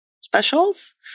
specials